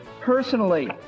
personally